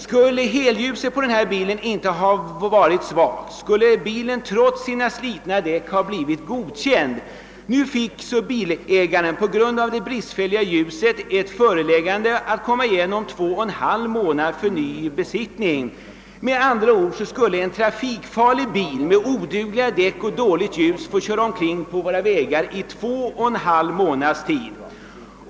Om helljuset på den här bilen inte hade varit svagt, skulle bilen trots sina slitna däck ha blivit godkänd. Nu fick bilägaren på grund av det bristfälliga ljuset ett föreläggande att komma igen om två och en halv månad för ny besiktning. Med andra ord skulle en trafikfarlig bil med odugliga däck och dåligt ljus få köra omkring på våra vägar i två och en halv månad.